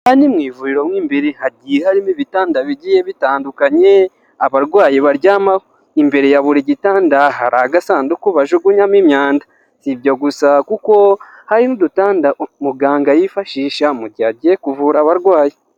Aha ni mu ivuriro mu imbere harimo ibitanda bigiye bitandukanye abarwayi baryamaho, imbere ya buri gitanda hari agasanduku bajugunyamo imyanda. Si ibyo gusa kuko hari n'udutanda umuganga yifashisha mu gihe agiye kuvura abarwayi.